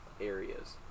areas